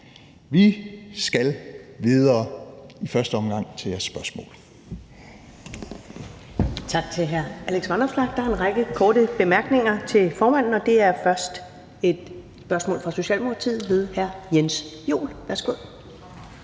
vi skal videre – i første omgang til jeres spørgsmål.